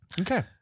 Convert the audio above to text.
Okay